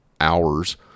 hours